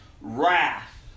wrath